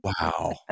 Wow